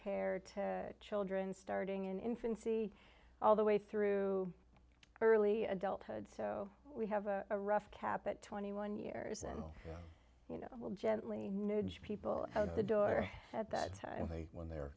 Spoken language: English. care to children starting in infancy all the way through early adulthood so we have a rough cap at twenty one years and you know will gently nudge people out the door at that time when the